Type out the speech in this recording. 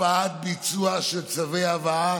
הקפאת ביצוע של צווי הבאה